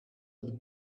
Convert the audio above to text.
other